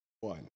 One